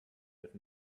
with